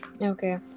okay